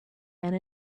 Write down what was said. and